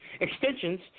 Extensions